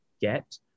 get